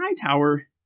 Hightower